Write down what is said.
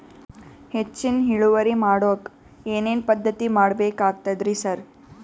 ಹೆಚ್ಚಿನ್ ಇಳುವರಿ ಮಾಡೋಕ್ ಏನ್ ಏನ್ ಪದ್ಧತಿ ಮಾಡಬೇಕಾಗ್ತದ್ರಿ ಸರ್?